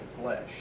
flesh